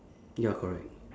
ya correct